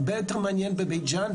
הרבה יותר מעניין בבית צ'אן,